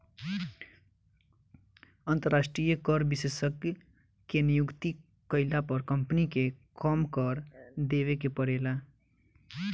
अंतरास्ट्रीय कर विशेषज्ञ के नियुक्ति कईला पर कम्पनी के कम कर देवे के परेला